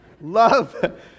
Love